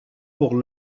pour